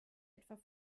etwa